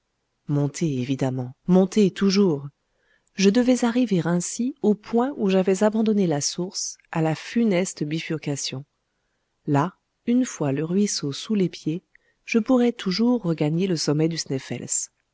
monter évidemment monter toujours je devais arriver ainsi au point où j'avais abandonné la source à la funeste bifurcation là une fois le ruisseau sous les pieds je pourrais toujours regagner le sommet du sneffels